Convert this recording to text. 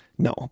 No